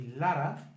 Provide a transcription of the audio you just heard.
Lara